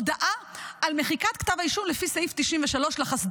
הודעה על מחיקת כתב האישום לפי סעיף 93 לחסד"פ.